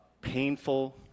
painful